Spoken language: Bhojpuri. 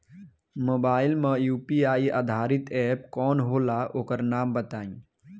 मोबाइल म यू.पी.आई आधारित एप कौन होला ओकर नाम बताईं?